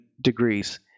degrees